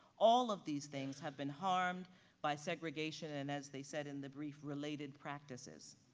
all of these things have been harmed by segregation and as they said in the brief, related practices.